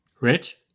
Rich